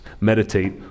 Meditate